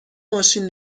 ماشین